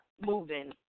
moving